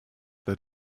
that